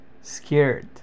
scared